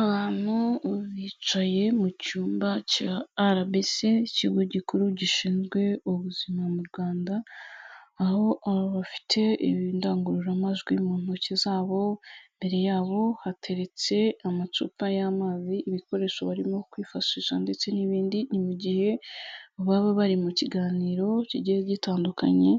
Abantu bicaye mu cyumba cya RBC, ikigo gikuru gishinzwe ubuzima mu Rwanda, aho bafite indangururamajwi mu ntoki zabo, imbere yabo hateretse amacupa y'amazi, ibikoresho barimo kwifashisha ndetse n'ibindi, ni mu gihe baba bari mu kiganiro kigiye gitandukanye,